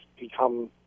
become